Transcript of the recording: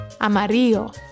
Amarillo